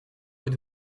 êtes